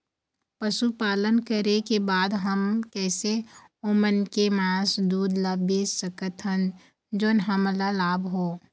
पशुपालन करें के बाद हम कैसे ओमन के मास, दूध ला बेच सकत हन जोन हमन ला लाभ हो?